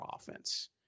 offense